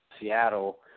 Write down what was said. Seattle –